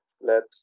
let